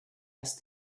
asked